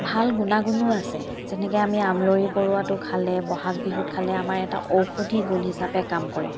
ভাল গুণাগুণো আছে যেনেকৈ আমি আমৰলি পৰুৱাটো খালে বহাগ বিহুত খালে আমাৰ এটা ঔষোধি গুণ হিচাপে কাম কৰে